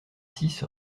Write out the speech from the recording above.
six